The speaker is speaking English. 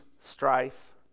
strife